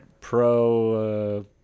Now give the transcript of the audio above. Pro